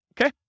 Okay